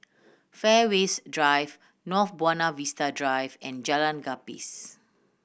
Fairways Drive North Buona Vista Drive and Jalan Gapis